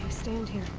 stand here.